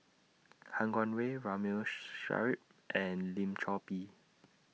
Han Guangwei Ramli Sarip and Lim Chor Pee